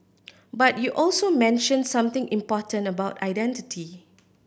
but you also mention something important about identity